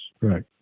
Right